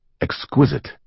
exquisite